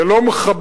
זה לא מכבד,